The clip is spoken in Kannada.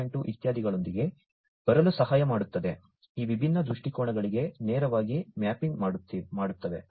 2 ಇತ್ಯಾದಿಗಳೊಂದಿಗೆ ಬರಲು ಸಹಾಯ ಮಾಡುತ್ತವೆ ಈ ವಿಭಿನ್ನ ದೃಷ್ಟಿಕೋನಗಳಿಗೆ ನೇರವಾಗಿ ಮ್ಯಾಪಿಂಗ್ ಮಾಡುತ್ತವೆ